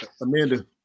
Amanda